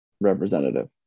representative